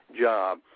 job